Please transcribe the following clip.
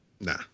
Nah